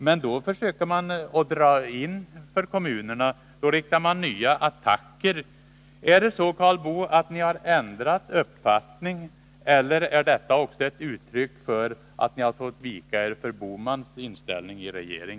Men då riktar man nya attacker mot kommunerna och försöker genomföra nedskärningar för dessa. Är det så, Karl Boo, att ni har ändrat uppfattning, eller är också detta ett uttryck för att ni i regeringen har fått vika er för Gösta Bohmans inställning?